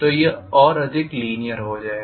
तो यह और अधिक लीनीयर हो जाएगा